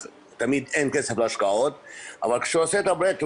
תמיד אין כסף להשקעות אבל כשהוא עושה את ---,